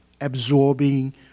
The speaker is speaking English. absorbing